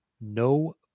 no